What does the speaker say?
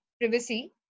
privacy